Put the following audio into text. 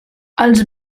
els